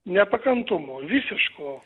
nepakantumo visiško